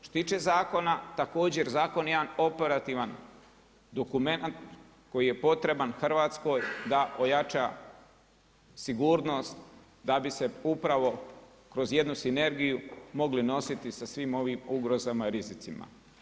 Što se tiče zakona, također, zakon je jedan operativna dokumenat koji je potreban Hrvatskoj da ojača sigurnost da bi se upravo kroz jednu sinergiju mogli nositi sa svim ovim ugrozama i rizicima.